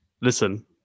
Listen